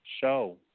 show